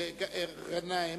זה ע'נאים,